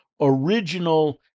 original